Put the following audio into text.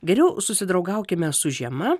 geriau susidraugaukime su žiema